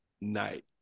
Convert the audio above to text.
night